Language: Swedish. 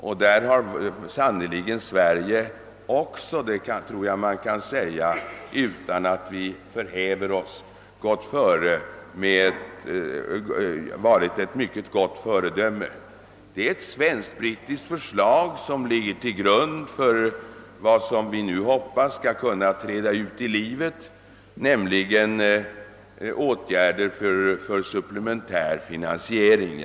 Utan att det kan sägas att vi förhäver oss, kan vi nog fastslå att Sverige också därvidlag utgjort ett gott föredöme. Det är ett svenskt-brittiskt förslag som ligger till grund för vad vi nu hoppas skall kunna träda ut i livet, nämligen åtgärder för supplementär finansiering.